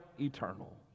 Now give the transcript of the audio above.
eternal